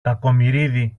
κακομοιρίδη